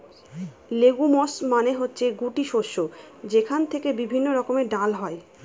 legumes মানে হচ্ছে গুটি শস্য যেখান থেকে বিভিন্ন রকমের ডাল হয়